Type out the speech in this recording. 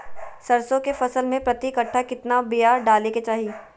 सरसों के फसल में प्रति कट्ठा कितना बिया डाले के चाही?